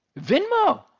Venmo